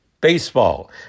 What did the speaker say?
baseball